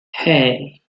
hey